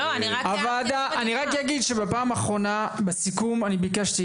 אני רק אגיד שבפעם האחרונה בסיכום אני ביקשתי